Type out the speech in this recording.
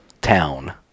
town